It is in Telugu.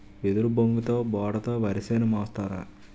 ఎదురుబొంగుతో బోడ తో వరిసేను మోస్తారు